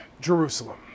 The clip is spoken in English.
Jerusalem